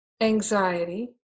anxiety